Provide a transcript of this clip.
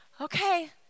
Okay